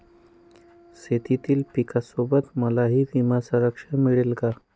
शेतीतील पिकासोबत मलाही विमा संरक्षण मिळेल का?